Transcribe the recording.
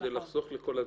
כדי לחסוך לכל הצדדים.